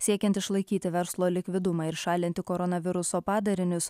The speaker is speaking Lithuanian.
siekiant išlaikyti verslo likvidumą ir šalinti koronaviruso padarinius